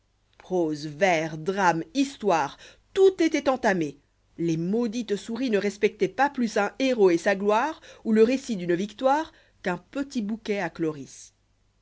prose vers drame histoire tout étoit eniamé les maudites souris ke respectoient pas plus un héros et sa gloire ou le récit d'une victoire qu'un polit bouquet à